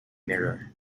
mirror